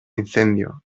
incendio